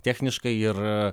techniškai ir